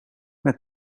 met